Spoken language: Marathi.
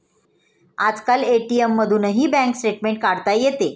आजकाल ए.टी.एम मधूनही बँक स्टेटमेंट काढता येते